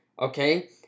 okay